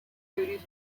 duties